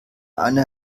eine